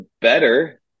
better